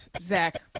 Zach